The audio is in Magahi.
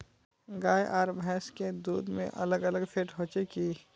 गाय आर भैंस के दूध में अलग अलग फेट होचे की?